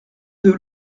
deux